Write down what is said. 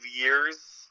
years